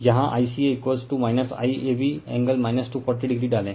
यहाँ ICA IAB angle 240o डालें